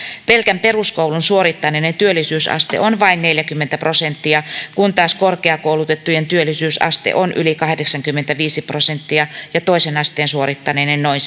pelkän peruskoulun suorittaneiden työllisyysaste on vain neljäkymmentä prosenttia kun taas korkeakoulutettujen työllisyysaste on yli kahdeksankymmentäviisi prosenttia ja toisen asteen suorittaneiden noin